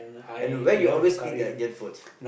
and where you always eat the Indian food